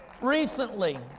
recently